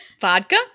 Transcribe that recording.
vodka